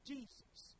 Jesus